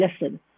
listen